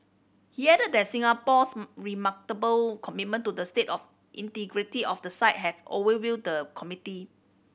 he added that Singapore's remarkable commitment to the state of integrity of the site has overwhelmed the committee